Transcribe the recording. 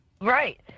Right